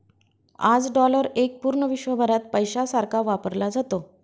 आज डॉलर एक पूर्ण विश्वभरात पैशासारखा वापरला जातो